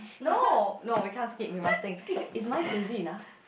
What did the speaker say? no no we can't skip we must sing is mine crazy enough